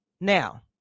Now